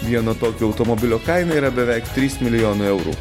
vieno tokio automobilio kaina yra beveik trys milijonai eurų